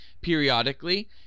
periodically